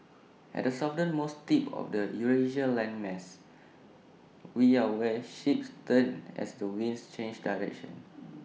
at the southernmost tip of the Eurasia landmass we are where ships turn as the winds change direction